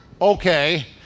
Okay